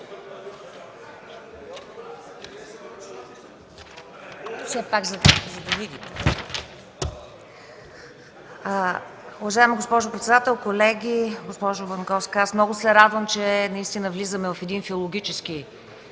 Уважаема госпожо председател, колеги! Госпожо Банковска, аз много се радвам, че наистина влизаме в един социологически